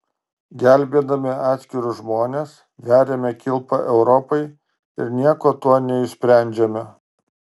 gelbėdami atskirus žmones veriame kilpą europai ir nieko tuo neišsprendžiame